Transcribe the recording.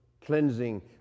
cleansing